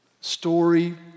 story